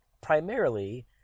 primarily